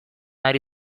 ari